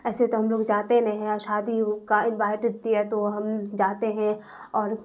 ایسے تو ہم لوگ جاتے نہیں ہے اور شادی کا انوائٹ دی ہے تو ہم جاتے ہیں اور